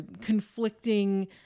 conflicting